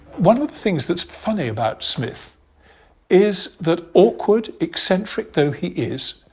one of the things that's funny about smith is that, awkward eccentric though he is,